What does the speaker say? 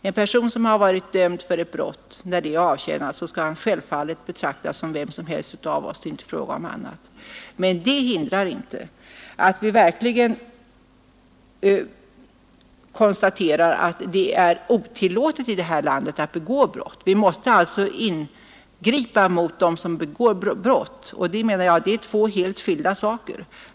En person som har varit dömd för ett brott skall, när straffet är avtjänat, självfallet betraktas som vem som helst av oss — det är inte fråga om annat. Men det hindrar inte att vi verkligen konstaterar att det är otillåtet i det här landet att begå brott. Vi måste alltså ingripa mot dem som begår brott, och detta är, menar jag, två helt skilda saker.